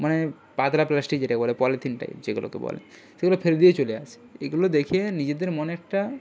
মানে পাতলা প্লাস্টিক যেটাকে বলে পলিথিন টাইপ যেগুলোকে বলে সেগুলো ফেলে দিয়ে চলে আসে এগুলো দেখে নিজেদের মনে একটা